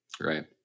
right